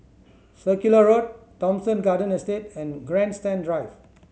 Circular Road Thomson Garden Estate and Grandstand Drive